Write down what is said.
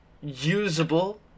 usable